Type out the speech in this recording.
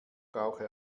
brauche